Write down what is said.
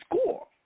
score